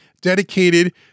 dedicated